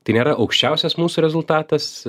tai nėra aukščiausias mūsų rezultatas